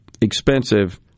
expensive